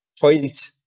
point